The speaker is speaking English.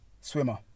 Swimmer